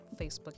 Facebook